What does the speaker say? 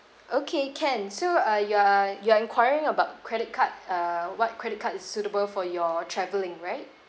okay can so uh you are you are enquiring about credit card uh what credit card is suitable for your travelling right